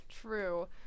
True